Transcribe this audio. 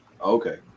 Okay